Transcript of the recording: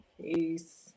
peace